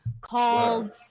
called